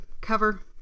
cover